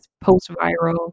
post-viral